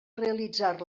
realitzar